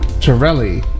Torelli